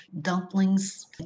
dumplings